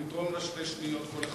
אנחנו נתרום לה שתי שניות כל אחד,